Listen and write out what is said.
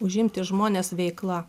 užimti žmones veikla